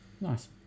Nice